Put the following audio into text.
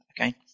Okay